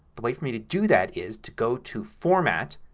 the way for me to do that is to go to format,